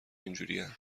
اینجورین